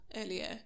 earlier